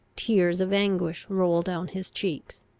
tears of anguish roll down his cheeks.